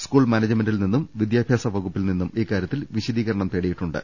school മാനേജ്മെന്റിൽ നിന്നും വിദ്യാഭ്യാസ വകു പ്പിൽ നിന്നും ഇക്കാര്യത്തിൽ വിശദീകരണം തേടിയിട്ടുണ്ട്